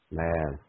man